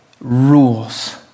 rules